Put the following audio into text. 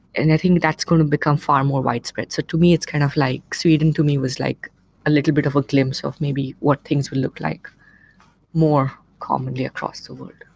and i think that's going to become far more widespread. so to me, it's kind of like sweden to me was like a little bit of a glimpse of maybe what things will look like more commonly across the world